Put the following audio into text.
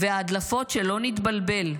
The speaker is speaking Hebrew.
וההדלפות, שלא נתבלבל,